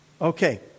Okay